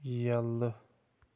یلہٕ